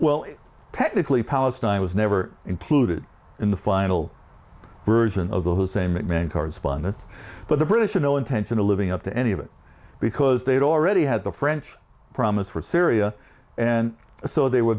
well technically palestine was never included in the final version of the hussein mcmahon correspondence but the british had no intention of living up to any of it because they'd already had the french promise for syria and so they were